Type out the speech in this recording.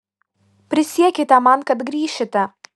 prisiekite man kad grįšite